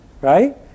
Right